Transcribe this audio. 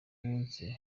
munsi